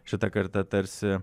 šita karta tarsi